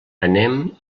anem